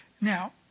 Now